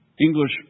English